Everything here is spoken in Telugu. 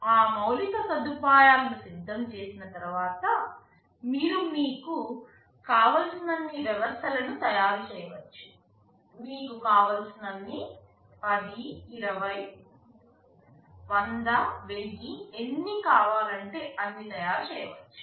ఆ మౌలిక సదుపాయాలను సిద్ధం చేసిన తర్వాత మీరు మీకు కావలసినన్ని వ్యవస్థలను తయారు చేయవచ్చు మీకు కావలసినన్ని 10 20 100 1000 ఎన్ని కావాలంటే అన్ని తయారు చేయ వచ్చు